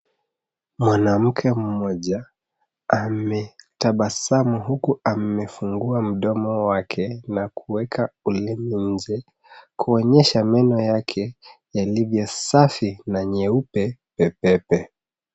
Mwanamke mmoja ametabamu huku amefungua mdomo wake na kuweka ulimi nje kuonyesha meno yake yalivyo safi na meupe pe pe pe.